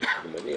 אני מניח.